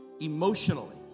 emotionally